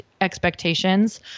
expectations